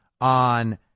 on